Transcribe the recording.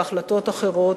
בהחלטות אחרות.